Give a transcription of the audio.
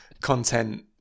content